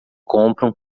compram